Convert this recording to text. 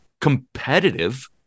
competitive